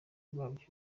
bwabyo